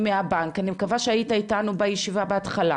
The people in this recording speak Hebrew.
מהבנק, אני מקווה שהיית איתנו בתחילת הישיבה,